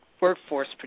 workforce